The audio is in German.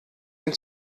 ein